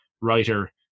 writer